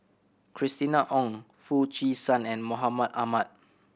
Christina Ong Foo Chee San and Mahmud Ahmad